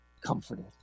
comforted